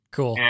Cool